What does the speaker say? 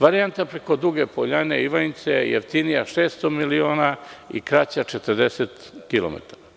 Varijanta preko Duge Poljane i Ivanjice je jeftinija 600 miliona i kraća 40 kilometara.